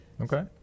Okay